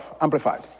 amplified